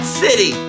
city